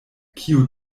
kio